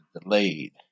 delayed